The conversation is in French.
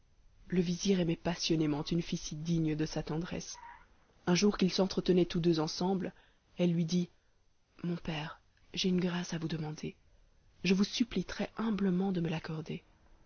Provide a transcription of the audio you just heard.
le vizir aimait passionnément une fille si digne de sa tendresse un jour qu'ils s'entretenaient tous deux ensemble elle lui dit mon père j'ai une grâce à vous demander je vous supplie trèshumblement de me l'accorder